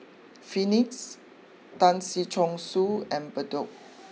Phoenix Tan Si Chong Su and Bedok